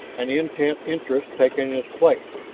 an intent interest taking its place.